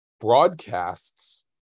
broadcasts